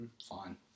fine